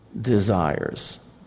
desires